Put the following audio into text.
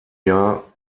jahr